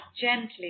Gently